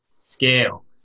scale